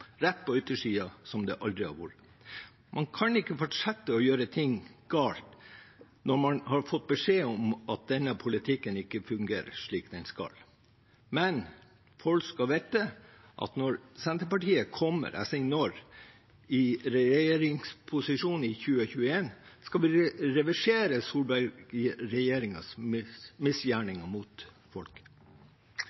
rett på yttersiden som det aldri har vært før. Man kan ikke fortsette å gjøre ting galt når man har fått beskjed om at denne politikken ikke fungerer slik den skal. Men folk skal vite at når Senterpartiet kommer – jeg sier når – i regjeringsposisjon i 2021, skal vi reversere